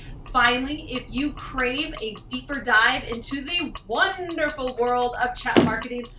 finally, if you crave a deeper dive into the wonderful world of chat marketing,